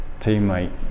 teammate